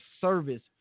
service